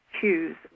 choose